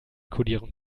kodierung